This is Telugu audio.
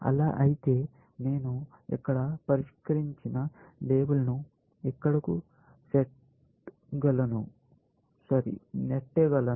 అలా అయితే నేను ఇక్కడ పరిష్కరించిన లేబుల్ను ఇక్కడకు నెట్టగలను